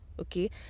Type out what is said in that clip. Okay